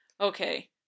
Okay